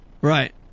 Right